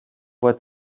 what